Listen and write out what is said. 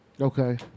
Okay